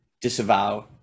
disavow